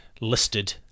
listed